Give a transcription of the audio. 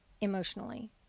emotionally